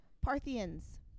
Parthians